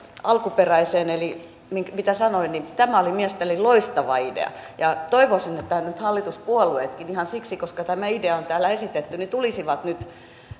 alkuperäiseen mitä sanoin tämä oli mielestäni loistava idea ja toivoisin että hallituspuolueetkin ihan siksi koska tämä idea on täällä esitetty tulisivat nyt